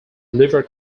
liver